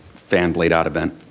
fan blade out event?